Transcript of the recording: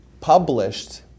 published